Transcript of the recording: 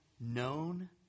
known